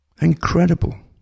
Incredible